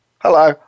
Hello